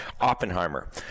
Oppenheimer